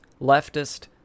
leftist